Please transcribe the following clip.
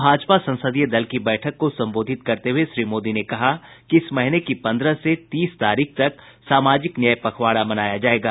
भाजपा संसदीय दल की बैठक को संबोधित करते हुए श्री मोदी ने कहा कि इस महीने की पन्द्रह से तीस तारीख तक सामाजिक न्याय पखवाड़ा मनाया जाएगा